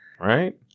Right